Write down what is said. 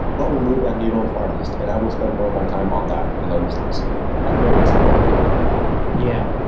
what will move that needle the farthest? and i will spend more of time on that and um things at a very basic level. yeah. yeah